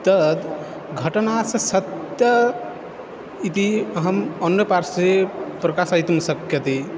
तद् घटनायाः सत्यम् इति अहम् अन्यपार्श्वे प्रकाशयितुं शक्यते